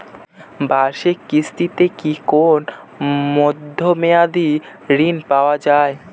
বাৎসরিক কিস্তিতে কি কোন মধ্যমেয়াদি ঋণ পাওয়া যায়?